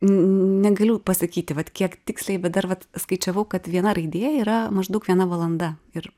negaliu pasakyti vat kiek tiksliai bet dar vat skaičiavau kad viena raidė yra maždaug viena valanda ir